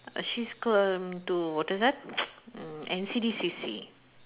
uh she's err to what is that mm N_C_D_C_C